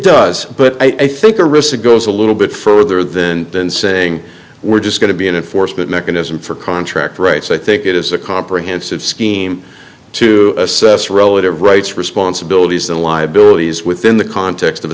does but i think the risk that goes a little bit further than than saying we're just going to be an enforcement mechanism for contract rights i think it is a comprehensive scheme to assess relative rights responsibilities and liabilities within the context of